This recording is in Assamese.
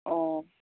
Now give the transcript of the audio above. অঁ